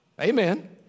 Amen